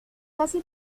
casi